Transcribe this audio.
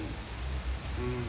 mm